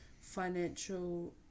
financial